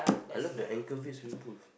I love the Anchorvale swimming pool